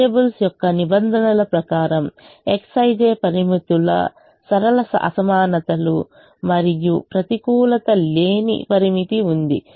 variables యొక్క నిబంధనల ప్రకారం Xij పరిమితులు సరళ అసమానతలు మరియు ప్రతికూలత లేని పరిమితి ఉంది